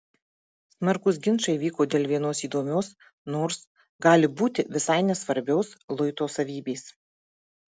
smarkūs ginčai vyko dėl vienos įdomios nors gali būti visai nesvarbios luito savybės